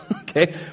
Okay